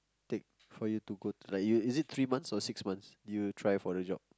take for you to go to like is it three months or six months you try for the job